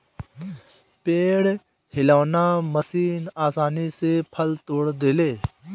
पेड़ हिलौना मशीन आसानी से फल तोड़ देले